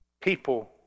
People